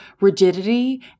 rigidity